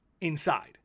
inside